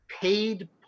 paid